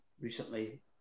recently